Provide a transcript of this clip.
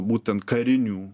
būtent karinių